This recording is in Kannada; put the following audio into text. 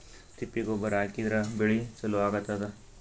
ತಿಪ್ಪಿ ಗೊಬ್ಬರ ಹಾಕಿದ್ರ ಬೆಳಿ ಚಲೋ ಆಗತದ?